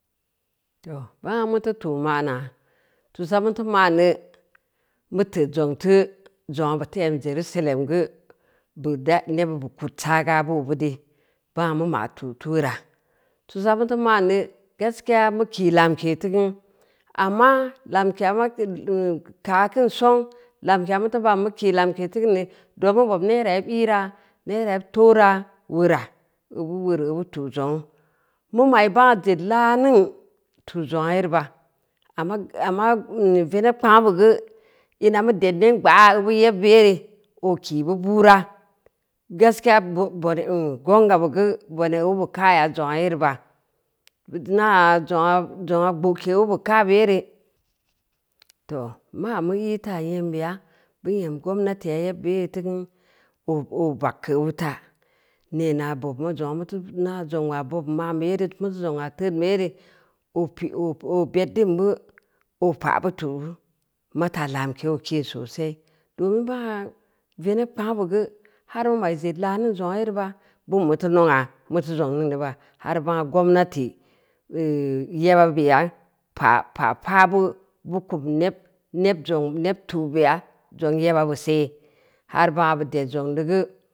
Too, bangna muteu tu’ ma’naa, tusa muteu ma’nne, mu teud zong teu zongna buteu em jerusalem geu, bada nebbid bu kud saaga boo bidde, bangua mu ma’ tu’ deu weura, tusa buteu ma’nne, gaskiya mu ki lamke teu kuu, amm lamkeya ba kudu nm ka kin song, lamkeya muteu baau muki lamke teu kin ke, don mu bob nera yeb iira, nera yeb toora weura, obu weureu obu tu’ zongnu, mu ma’i bangua zed lau-mingn, tu’ zongna yere ba, amma veneb kpangnu be geu ina mu dedneng gba obu yeb buy ee oo kii bu buura gaskiya bone nmmgongbe geu bone bu bid ka’ga zongu yere ba, bu inaaa zonga zonga gbo’ke bu bid ka’bu yere, mau mu i taa nyembeya, mu nyem gommatiyu yebbu yee teu keu oo oo bag keu obu ta, neena bob mu zongua muteu ina zongn waa bobm mabeu yoo kiin, zongu waa teudn bu yere, oo pii oo beddin mu, oo pa’bu tur u, mata lamke oo kin sosai, amma bangna veneb kpangnu bee geu, har ma’i zed laa-ningn zongn yere ba, beun muteu nongna muteu zong ningni ba, har bangna gommati hmm yeba beya pa’ pa’ paabu, bu kum ned neb zong, neb tu’ beya zong yeba bu see, har bangnuu bud ed zongneu geu…